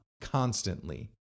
constantly